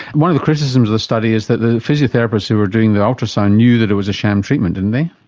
one of the criticisms of the study is that the physiotherapists who were doing the ultrasound knew that it was a sham treatment, didn't they?